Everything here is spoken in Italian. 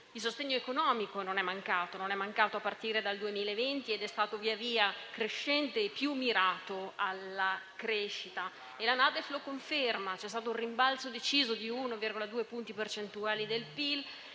Il sostegno economico non è mancato a partire dal 2020 ed è stato via via crescente e più mirato alla crescita, e la NADEF lo conferma: c'è stato un rimbalzo deciso di 1,2 punti percentuali del PIL,